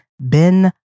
Ben